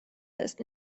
ist